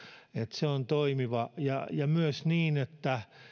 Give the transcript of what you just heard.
se on toimiva ja ja myös niin että